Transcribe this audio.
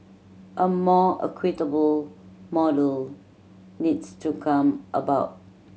a more equitable model needs to come about